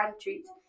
treats